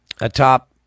atop